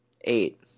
Eight